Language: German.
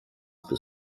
bis